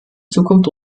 zukunft